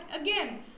again